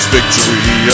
Victory